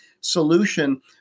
solution